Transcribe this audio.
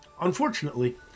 Unfortunately